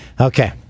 Okay